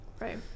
right